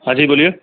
हाँ जी बोलिए